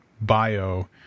bio